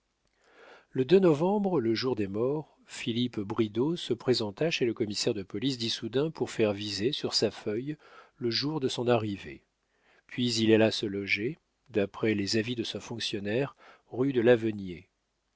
le novembre le jour des morts philippe bridau se présenta chez le commissaire de police d'issoudun pour faire viser sur sa feuille le jour de son arrivée puis il alla se loger d'après les avis de ce fonctionnaire rue de